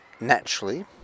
naturally